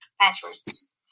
passwords